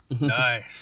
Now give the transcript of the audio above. nice